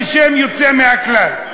בשם יוצא מהכלל.